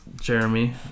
Jeremy